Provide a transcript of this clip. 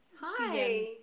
Hi